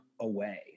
away